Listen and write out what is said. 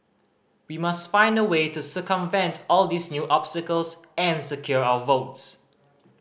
we must find a way to circumvent all these new obstacles and secure our votes